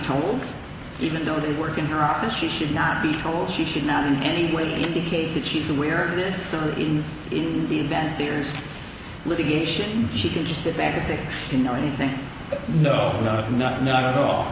told even though it is work in her office she should not be told she should not in any way indicate that she's aware of this in the event there is litigation she can just sit back and say you know anything no not not not at all